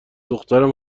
دخترم